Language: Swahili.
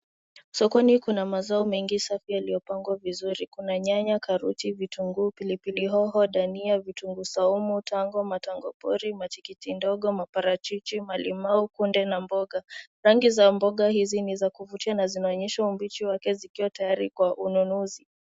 Sokoni kuna mazao mengi safi yaliyopangwa vizuri. Kuna nyanya, karoti, vitunguu, pilipili hoho, dania, vitunguu saumu, tango, matango pori, matikiti ndogo, maparachichi, malimau, kunde na mboga. Rangi za mboga hizi ni za kuvutia na zinaonyesha umbichi wake zikiwa tayari kwa ununuzi.